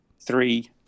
three